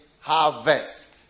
harvest